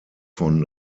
von